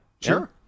sure